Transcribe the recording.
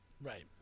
Right